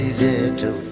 little